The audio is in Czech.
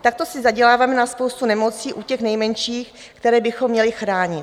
Takto si zaděláváme na spoustu nemocí u těch nejmenších, které bychom měli chránit.